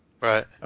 Right